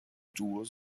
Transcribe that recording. duos